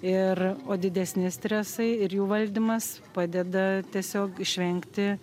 ir o didesni stresai ir jų valdymas padeda tiesiog išvengti